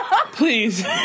Please